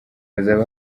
hazaba